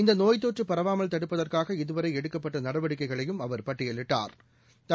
இந்த நோய்த்தொற்று பரவாமல் தடுப்பதற்காக இதுவரை எடுக்கப்பட்ட நடவடிக்கைகளையும் அவர் பட்டியலிட்டா்